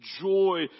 joy